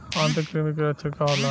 आंतरिक कृमि के लक्षण का होला?